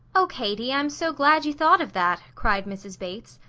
oh, katie, i'm so glad you thought of that, cried mrs. bates.